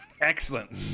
Excellent